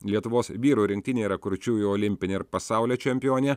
lietuvos vyrų rinktinėje yra kurčiųjų olimpinė ir pasaulio čempionė